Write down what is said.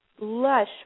lush